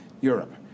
Europe